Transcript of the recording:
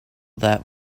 that